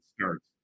starts